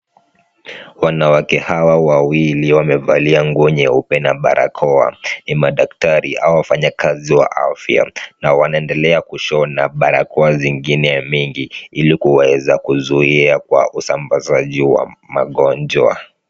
Wanawake hawa wawili wamevalia nguo nyeupe na barakoa. Ni madaktari au wafanyikazi wa afya na wanaendelea kushona barakoa zingine mingi ili kuwaeza kuzuia kwa usambazaji wa ugonjwa.